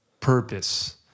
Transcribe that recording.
purpose